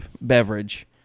beverage